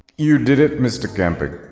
you did it. mr. camping.